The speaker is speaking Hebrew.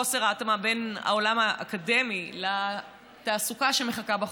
חוסר התאמה בין העולם האקדמי לתעסוקה שמחכה בחוץ,